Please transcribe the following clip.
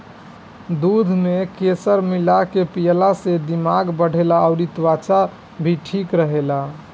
दूध में केसर मिला के पियला से दिमाग बढ़ेला अउरी त्वचा भी ठीक रहेला